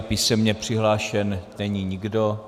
Písemně přihlášen není nikdo.